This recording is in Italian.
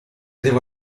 devo